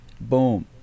boom